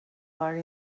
vaga